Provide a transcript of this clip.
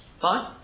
Fine